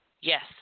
yes